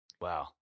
Wow